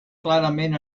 clarament